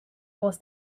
was